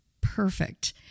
perfect